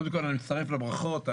אני מצטרף לברכות.